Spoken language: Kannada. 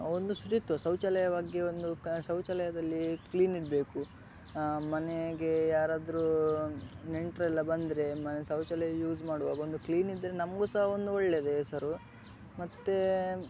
ಒಂದು ಶುಚಿತ್ವ ಶೌಚಾಲಯ ಬಗ್ಗೆ ಒಂದು ಕಾ ಶೌಚಾಲಯದಲ್ಲಿ ಕ್ಲೀನಿರಬೇಕು ಮನೆಗೆ ಯಾರಾದ್ರೂ ನೆಂಟರೆಲ್ಲ ಬಂದರೆ ಮನೆ ಶೌಚಾಲಯ ಯೂಸ್ ಮಾಡುವಾಗ ಒಂದು ಕ್ಲೀನಿದ್ದರೆ ನಮಗೂ ಸಾ ಒಂದು ಒಳ್ಳೆಯದು ಹೆಸರು ಮತ್ತೆ